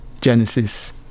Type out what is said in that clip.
Genesis